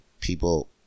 People